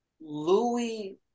Louis